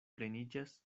pleniĝas